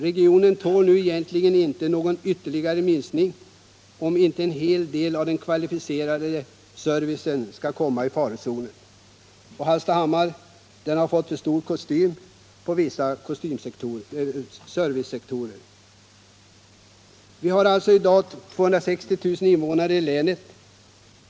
Regionen tål nu egentligen inte någon ytterligare minskning utan att en del av den kvalificerade servicen kommer i farozonen. Hallstahammar har en för stor kostym på vissa servicesektorer. Vi har alltså i dag 260 000 invånare i länet.